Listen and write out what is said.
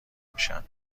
میشن